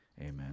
amen